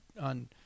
on